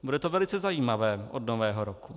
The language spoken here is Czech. Bude to velice zajímavé od Nového roku.